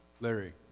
Larry